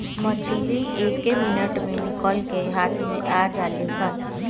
मछली एके मिनट मे निकल के हाथ मे आ जालीसन